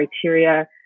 criteria